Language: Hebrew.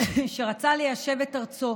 שרצה ליישב את ארצו,